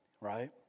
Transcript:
right